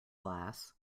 glass